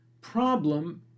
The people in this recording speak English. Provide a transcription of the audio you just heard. problem